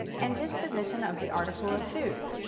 and disposition of the article of food,